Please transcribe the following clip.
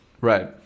Right